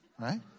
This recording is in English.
right